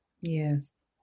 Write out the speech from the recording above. yes